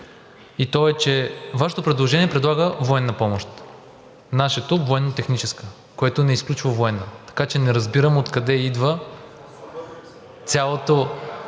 и то е, че Вашето предложение предлага военна помощ, нашето – военнотехническа, което не изключва военна. Така че не разбирам откъде идва цялото